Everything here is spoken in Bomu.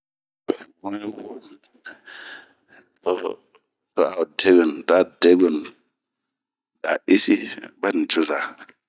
Bunhyi wo, to a debuenu ,debuenu da isi ba ni coza.